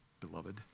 beloved